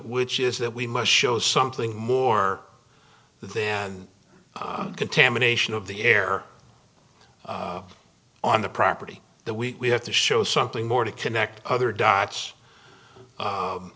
which is that we must show something more than contamination of the air on the property that we have to show something more to connect other dots